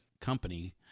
company